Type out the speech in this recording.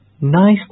Nice